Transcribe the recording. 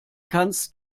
kannst